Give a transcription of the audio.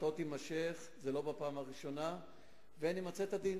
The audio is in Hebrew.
חקירתו תימשך, ולא בפעם הראשונה, ונמצה את הדין.